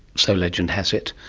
so legend has it,